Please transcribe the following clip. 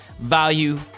value